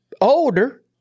older